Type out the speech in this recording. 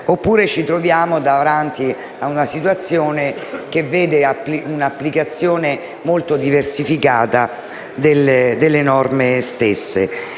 oppure ci troviamo davanti a una situazione che vede un'applicazione molto diversificata delle norme stesse.